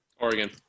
Oregon